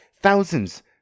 thousands